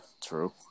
True